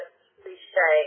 cliche